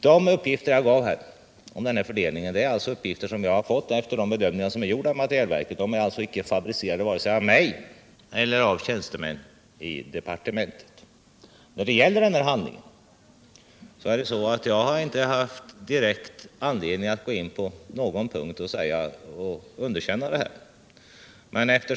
De uppgifter jag gav om fördelningen är uppgifter som jag fått efter de bedömningar som gjorts av materielverket. De är alltså icke fabricerade vare sig av mig eller av tjänstemän i departementet. När det gäller denna handling har jag inte haft direkt anledning att gå in på någon punkt och underkänna.